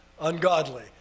Ungodly